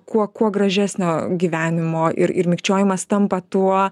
kuo kuo gražesnio gyvenimo ir ir mikčiojimas tampa tuo